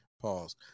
Pause